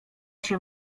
się